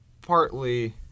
partly